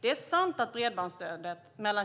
Det är sant att bredbandsstödet åren